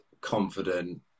confident